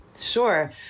Sure